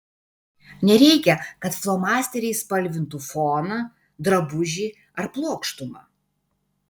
nereikia kad flomasteriais spalvintų foną drabužį ar plokštumą